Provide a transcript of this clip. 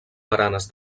baranes